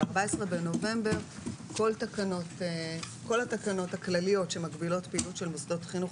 ב-14.11 כל התקנות הכלליות שמגבילות פעילות של מוסדות חינוך,